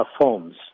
forms